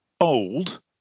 Old